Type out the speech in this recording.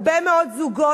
הרבה מאוד זוגות,